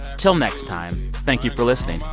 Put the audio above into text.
till next time, thank you for listening.